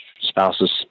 spouses